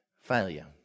failure